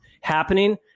happening